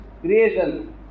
creation